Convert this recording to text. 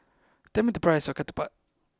tell me the price of ketupat